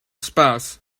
spouse